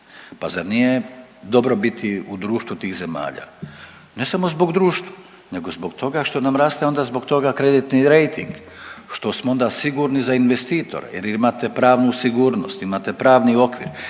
Pa zar nije dobro biti u društvu tih zemalja? Ne samo zbog društva nego zbog toga što nam raste onda zbog toga kreditni rejting, što smo onda sigurni za investitore jer imate pravnu sigurnost, imate pravnu okvir,